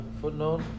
footnote